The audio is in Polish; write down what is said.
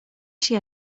się